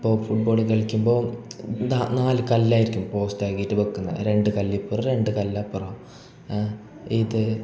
ഇപ്പോൾ ഫുട്ബോൾ കളിക്കുമ്പോൾ നാ നാല് കല്ലാരിക്കും പോസ്റ്റ് ആക്കിയിട്ട് വെക്കുന്നത് രണ്ട് കല്ലിപ്പുറം രണ്ടു കല്ലപ്പുറം ഇത്